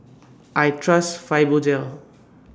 I Trust Fibogel